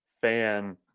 fan